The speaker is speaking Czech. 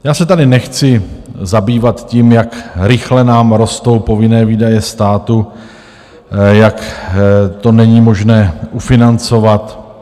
Já se tady nechci zabývat tím, jak rychle nám rostou povinné výdaje státu, jak to není možné ufinancovat.